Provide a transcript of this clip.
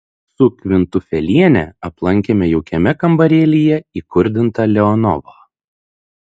su kvintufeliene aplankėme jaukiame kambarėlyje įkurdintą leonovą